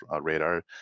radar